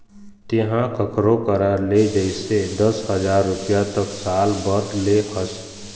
तेंहा कखरो करा ले जइसे दस हजार रुपइया एक साल बर ले हस